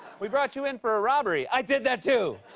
we brought you in for a robbery. i did that, too!